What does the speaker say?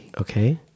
Okay